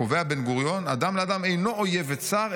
קובע בן-גוריון: 'אדם לאדם אינו אויב וצר,